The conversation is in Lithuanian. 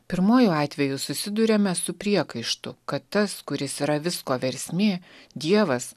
pirmuoju atveju susiduriame su priekaištu kad tas kuris yra visko versmė dievas